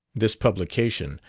this publication,